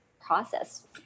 process